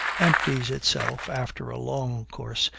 empties itself, after a long course,